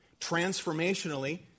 Transformationally